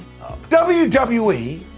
WWE